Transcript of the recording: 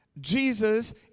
Jesus